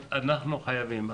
אנחנו חייבים.